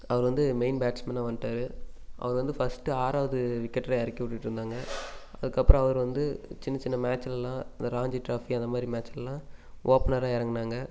அவர் வந்து மெயின் பேட்ஸ் மென்னாக வந்துட்டாரு அவர் வந்து ஃபர்ஸ்ட்டு ஆறாவது விக்கெட்டில் இறக்கிவுட்டுட்டு இருந்தாங்க அதுக்கப்புறம் அவர் வந்து சின்ன சின்ன மேட்ச்ல எல்லாம் அந்த ராஞ்சி டிராஃபி அந்த மாதிரி மேட்ச்ல எல்லாம் ஓப்பனராக இறங்குனாங்க